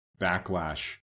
backlash